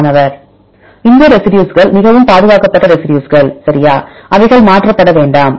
மாணவர் இந்த ரெசிடியூஸ்கள் மிகவும் பாதுகாக்கப்பட்ட ரெசிடியூஸ்கள் சரியா அவைகள் மாற்றப் பட வேண்டாம்